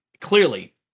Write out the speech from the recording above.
Clearly